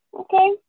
okay